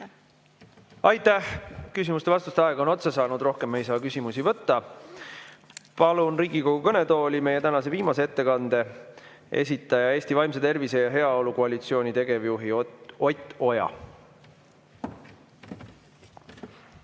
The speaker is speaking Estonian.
Aitäh! Küsimuste-vastuste aeg on otsa saanud, rohkem me ei saa küsimusi võtta. Palun Riigikogu kõnetooli meie tänase viimase ettekande esitaja Eesti Vaimse Tervise ja Heaolu Koalitsiooni tegevjuhi Ott Oja.